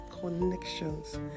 connections